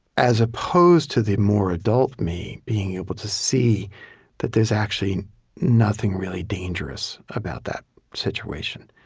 as opposed to the more adult me, being able to see that there's actually nothing really dangerous about that situation.